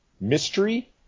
Mystery